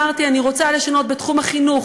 אמרתי שאני רוצה לשנות בתחום החינוך,